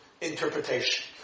interpretation